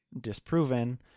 disproven